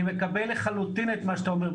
אני מקבל לחלוטין את מה שאתה אומר.